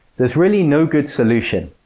there's really no good solution.